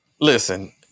listen